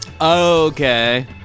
Okay